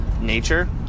nature